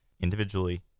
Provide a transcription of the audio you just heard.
individually